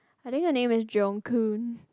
I think her name is Jeong-Koon